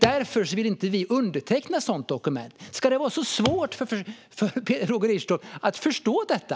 Därför vill vi inte underteckna något sådant dokument. Ska det vara så svårt för Roger Richtoff att förstå detta?